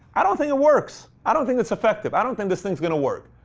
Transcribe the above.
i don't think it works. i don't think it's effective. i don't think this thing's going to work.